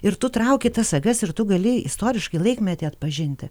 ir tu trauki tas sagas ir tu gali istoriškai laikmetį atpažinti